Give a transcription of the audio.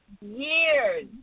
years